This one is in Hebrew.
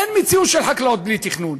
אין מציאות של חקלאות בלי תכנון.